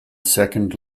second